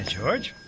George